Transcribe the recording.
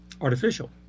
artificial